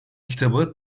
kitabı